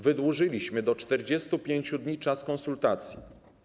Wydłużyliśmy do 45 dni czas konsultacji.